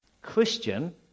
Christian